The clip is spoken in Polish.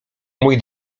mój